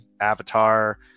Avatar